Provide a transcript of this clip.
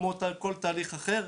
כמו כל תהליך אחר,